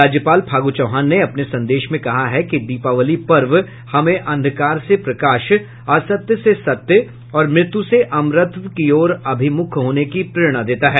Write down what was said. राज्यपाल फागू चौहान ने अपने संदेश में कहा है कि दीपावली पर्व हमें अंधकार से प्रकाश असत्य से सत्य और मृत्यु से अमरत्व की ओर अभिमुख होने की प्रेरणा देता है